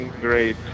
great